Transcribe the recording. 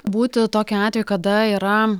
būti tokį atvejį kada yra